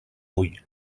ull